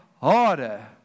harder